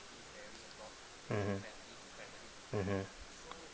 mmhmm mmhmm